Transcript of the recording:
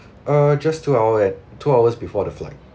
uh just two hour at two hours before the flight